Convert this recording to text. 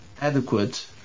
adequate